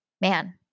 man